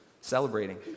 celebrating